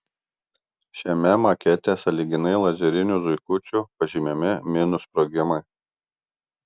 šiame makete sąlyginai lazeriniu zuikučiu pažymimi minų sprogimai